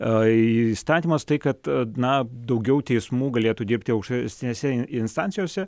e įstatymas tai kad na daugiau teismų galėtų dirbti aukštesnėse instancijose